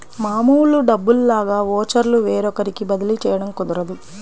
మామూలు డబ్బుల్లాగా ఓచర్లు వేరొకరికి బదిలీ చేయడం కుదరదు